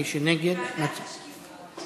מי שנגד, לוועדת השקיפות.